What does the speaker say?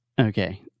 Okay